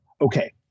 okay